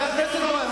חבר הכנסת בוים,